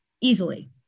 easily